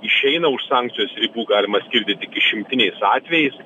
išeina už sankcijos ribų galima skirti tik išimtiniais atvejais